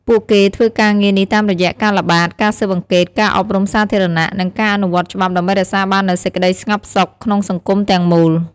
ពួកគេធ្វើការងារនេះតាមរយៈការល្បាត ការស៊ើបអង្កេត ការអប់រំសាធារណៈ និងការអនុវត្តច្បាប់ដើម្បីរក្សាបាននូវសេចក្ដីស្ងប់សុខក្នុងសង្គមទាំងមូល។